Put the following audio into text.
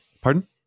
Pardon